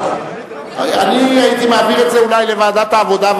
אני הייתי מעביר את זה אולי לוועדת העבודה,